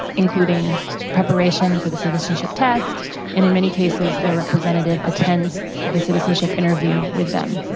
including preparation for the citizenship test and in many cases the representative attends the citizenship interview with them.